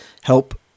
help